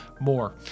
more